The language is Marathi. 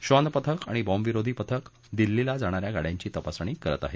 श्वान पथक आणि बॅम्ब विरोधी पथक दिल्लीला जाणा या गाड्यांची तपासणी करत आहेत